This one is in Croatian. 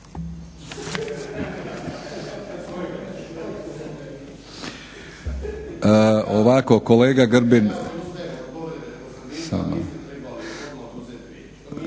Ovako, kolega Grbin